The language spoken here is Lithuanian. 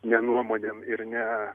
ne nuomonėm ir ne